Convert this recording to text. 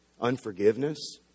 unforgiveness